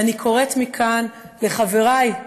ואני קוראת מכאן לחבריי,